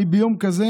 ביום כזה